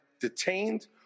detained